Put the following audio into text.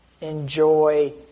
enjoy